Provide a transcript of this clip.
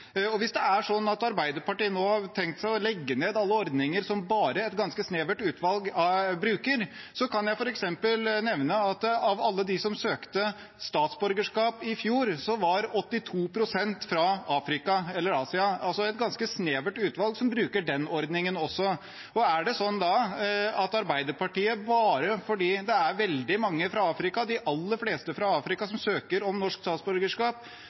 Hvis det er sånn at Arbeiderpartiet nå kunne tenke seg å legge ned alle ordninger som bare et ganske snevert utvalg bruker, kan jeg f.eks. nevne at av alle som søkte statsborgerskap i fjor, var 82 pst. fra Afrika eller Asia – det er altså et ganske snevert utvalg som bruker den ordningen også. Er det sånn at fordi veldig mange, eller de aller fleste, som søker om norsk statsborgerskap,